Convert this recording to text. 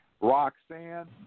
Roxanne